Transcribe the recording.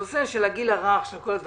הנושא של הגיל הרך וכל זה